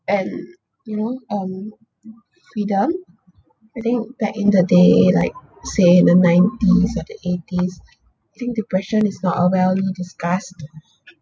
and you know um freedom I think back in the day like say the nineties or eighties think depression is not a really discuss